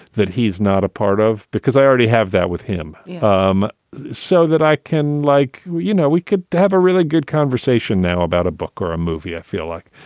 that he's not a part of because i already have that with him um so that i can like, you know, we could have a really good conversation now about a book or a movie, i feel like.